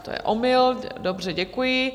To je omyl, dobře, děkuji.